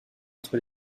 entre